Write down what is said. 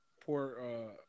Poor